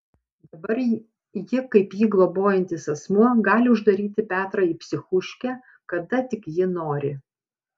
dabar ji kaip jį globojantis asmuo gali uždaryti petrą į psichuškę kada tik ji nori